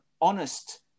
honest